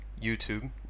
YouTube